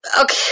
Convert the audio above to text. okay